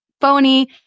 phony